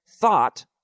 thought